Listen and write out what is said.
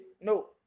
No